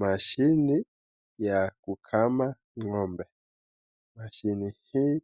Mashini ya kukama ng'ombe, mashini hii